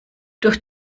durch